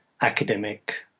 academic